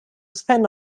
spin